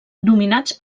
dominats